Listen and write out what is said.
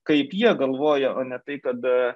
kaip jie galvoja o ne tai kad